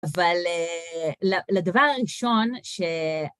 אבל לדבר הראשון ש...